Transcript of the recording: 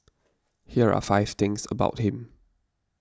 here are five things about him